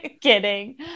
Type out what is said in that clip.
kidding